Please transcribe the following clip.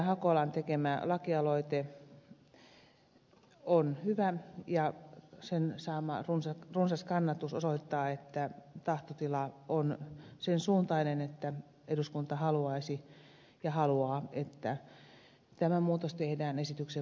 hakolan tekemä lakialoite on hyvä ja sen saama runsas kannatus osoittaa tahtotilan olevan sen suuntainen että eduskunta haluaa että tämä muutos tehdään esityksen mukaisesti